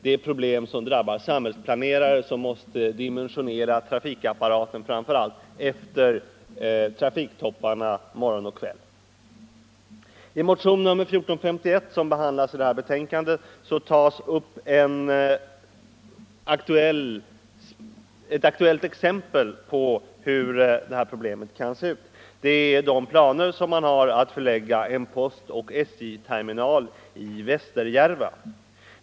Det är problem som drabbar samhällsplanerare, som måste dimensionera trafikapparaten framför allt efter trafiktopparna morgon och kväll. I motionen 1451, som behandlas i det betänkande vi nu diskuterar, tas upp ett aktuellt exempel på ett sådant problem. Det gäller de planer som man har att förlägga en postoch SJ-terminal i Västerjärva.